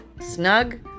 snug